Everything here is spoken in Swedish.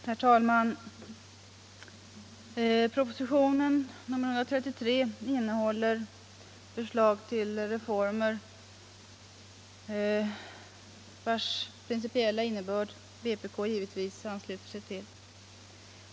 Herr talman! Propositionen 133 innehåller förslag till reformer, vilkas principiella innebörd vpk givetvis ansluter sig till.